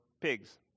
pigs